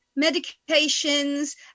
medications